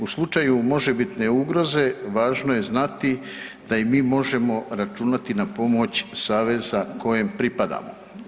U slučaju možebitne ugroze, važno je znati da i mi možemo računati na pomoć saveza kojem pripadamo.